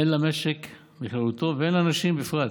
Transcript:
הן למשק בכללותו והן לנשים בפרט: